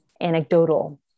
anecdotal